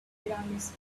pyramids